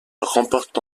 remporte